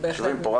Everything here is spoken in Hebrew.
יושבים פה רק